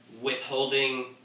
withholding